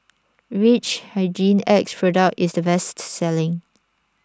which Hygin X product is the best selling